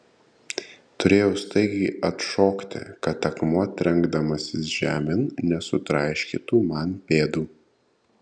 turėjau staigiai atšokti kad akmuo trenkdamasis žemėn nesutraiškytų man pėdų